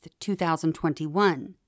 2021